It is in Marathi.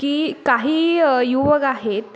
की काही युवक आहेत